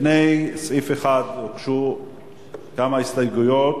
לפני סעיף 1, הוגשו כמה הסתייגויות,